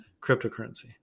cryptocurrency